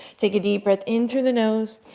take a deep breath in through the nose,